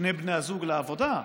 שני בני הזוג לעבודה,